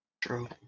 True